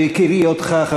מהיכרותי אותך,